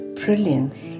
brilliance